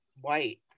white